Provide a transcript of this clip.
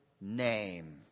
name